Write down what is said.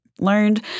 learned